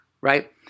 right